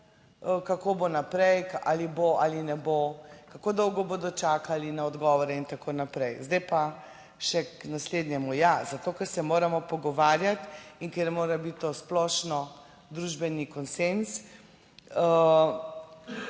kako bo naprej ali bo ali ne bo, kako dolgo bodo čakali na odgovore in tako naprej. Zdaj pa še k naslednjemu. Ja, zato ker se moramo pogovarjati in ker mora biti to splošno družbeni konsenz,